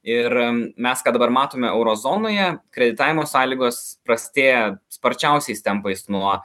ir mes ką dabar matome euro zonoje kreditavimo sąlygos prastėja sparčiausiais tempais nuo